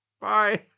Bye